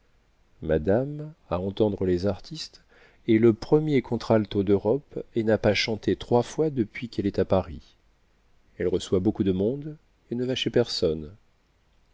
madame à entendre les artistes est le premier contr'alto d'europe et n'a pas chanté trois fois depuis qu'elle est à paris elle reçoit beaucoup de monde et ne va chez personne